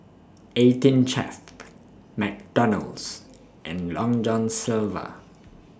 eighteen Chef McDonald's and Long John Silver